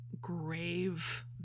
grave